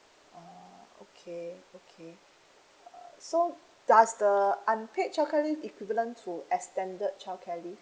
ah okay okay uh so does the unpaid childcare leave equivalent to extended childcare leave